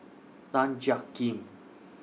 Tan Jiak Kim